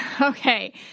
Okay